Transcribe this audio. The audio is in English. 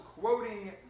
quoting